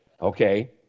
Okay